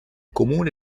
comune